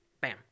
Bam